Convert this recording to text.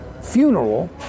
funeral